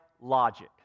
logic